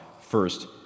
first